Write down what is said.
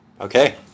Okay